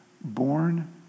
born